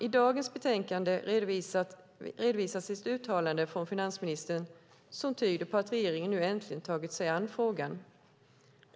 I dagens betänkande redovisas ett uttalande från finansministern som tyder på att regeringen nu äntligen tagit sig an frågan.